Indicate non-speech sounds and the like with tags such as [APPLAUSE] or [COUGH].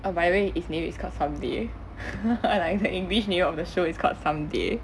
oh by the way it's name is called someday [LAUGHS] like the english name of the show is called someday